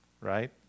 right